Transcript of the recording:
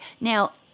now